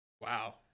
wow